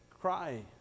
cry